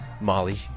Molly